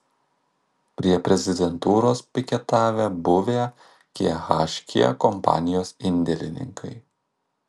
prie prezidentūros piketavę buvę khk kompanijos indėlininkai